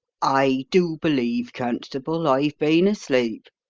i do believe, constable, i've been asleep.